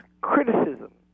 criticism